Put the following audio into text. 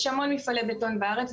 יש המון מפעלי בטון בארץ.